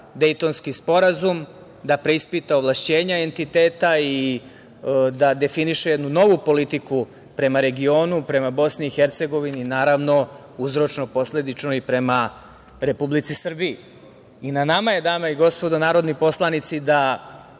Dejtonski sporazum, da preispita ovlašćenja entiteta i da definiše jednu novu politiku prema regionu, prema Bosni i Hercegovini, naravno, uzročno-posledično i prema Republici Srbiji. Na nama je, dame i gospodo narodni poslanici, da